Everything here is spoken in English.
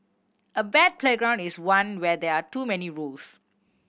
a bad playground is one where there are too many rules